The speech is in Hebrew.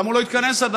למה הוא לא התכנס עדיין?